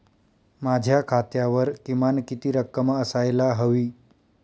माझ्या खात्यावर किमान किती रक्कम असायला हवी?